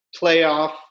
playoff